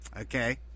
Okay